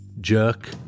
jerk